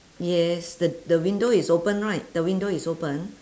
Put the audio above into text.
yes th~ the window is open right the window is open